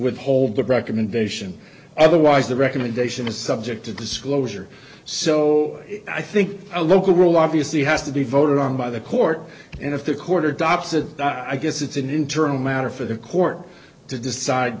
withhold that recommendation otherwise the recommendation is subject to disclosure so i think a local rule obviously has to be voted on by the court and if they're cornered opposite i guess it's an internal matter for the court to decide